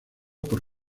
por